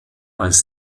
als